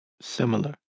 similar